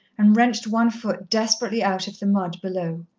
and wrenched one foot desperately out of the mud below.